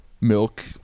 milk